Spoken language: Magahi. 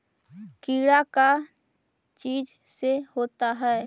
कीड़ा का चीज से होता है?